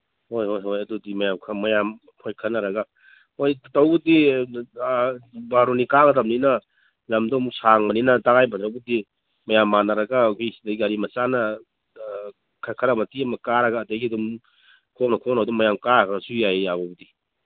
ꯍꯣꯏ ꯍꯣꯏ ꯍꯣꯏ ꯑꯗꯨꯗꯤ ꯃꯌꯥꯝ ꯃꯌꯥꯝ ꯑꯩꯈꯣꯏ ꯈꯟꯅꯔꯒ ꯍꯣꯏ ꯇꯧꯕꯨꯗꯤ ꯕꯥꯔꯨꯅꯤ ꯀꯥꯒꯗꯝꯅꯤꯅ ꯂꯝꯗꯣ ꯑꯃꯨꯛ ꯁꯥꯡꯕꯅꯤꯅ ꯇꯉꯥꯏꯐꯗ꯭ꯔꯕꯨꯗꯤ ꯃꯌꯥꯝ ꯃꯥꯟꯅꯔꯒ ꯁꯤꯗꯩ ꯒꯥꯔꯤ ꯃꯆꯥꯅ ꯈꯔ ꯃꯇꯦꯛ ꯑꯃ ꯀꯥꯔꯒ ꯑꯗꯒꯤ ꯑꯗꯨꯝ ꯈꯣꯡꯅ ꯈꯣꯡꯅ ꯑꯗꯨꯝ ꯃꯌꯥꯝ ꯀꯥꯒ꯭ꯔꯁꯨ ꯌꯥꯏ ꯌꯥꯕꯨꯗꯤ